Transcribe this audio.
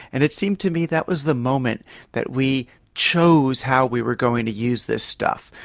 and it seems to me that was the moment that we chose how we were going to use this stuff,